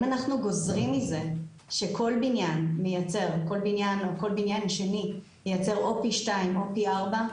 אם אנחנו גוזרים מזה שכל בניין שני מייצר או פי שתיים או פי ארבע,